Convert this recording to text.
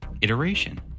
iteration